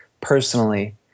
personally